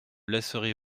laisserez